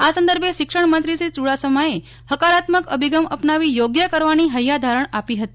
આ સંદર્ભે શિક્ષણમંત્રી શ્રી ચૂડાસમાએ હકારાત્મક અભિગમ અપનાવી યોગ્ય કરવાની ફૈયાધારણ આપી ફતી